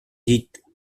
dites